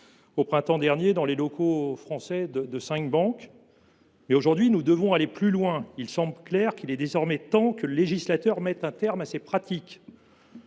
au printemps dernier dans les locaux français de cinq banques. Mais, aujourd’hui, nous devons aller plus loin. Il est désormais clairement temps que le législateur mette un terme à de telles pratiques.